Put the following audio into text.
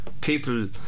people